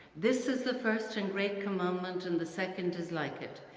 this is the first and great commandment and the second is like it,